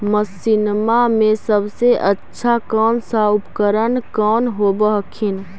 मसिनमा मे सबसे अच्छा कौन सा उपकरण कौन होब हखिन?